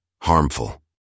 harmful